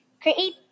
Create